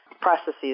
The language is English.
processes